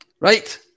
Right